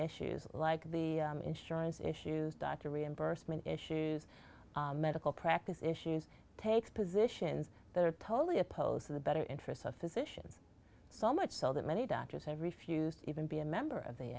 issues like the insurance issues doctor reimbursement issues medical practice issues takes positions that are totally opposed to the better interests of physicians so much so that many doctors have refused to even be a member of the